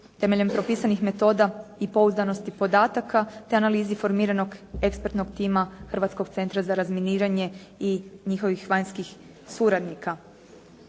temeljem propisanih metoda i pouzdanosti podataka, te analizi formiranog ekspertnog tima Hrvatskog centra za razminiranje i njihovih vanjskih suradnika.